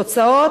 תוצאות,